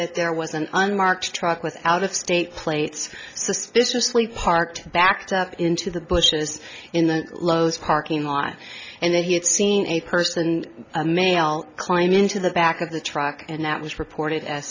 that there was an unmarked truck with out of state plates suspiciously parked backed up into the bushes in the lowe's parking lot and that he had seen a person and a male climb into the back of the truck and that was reported as